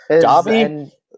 Dobby